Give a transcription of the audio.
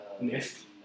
next